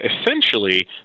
essentially